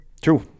True